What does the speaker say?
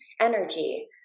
energy